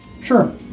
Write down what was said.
Sure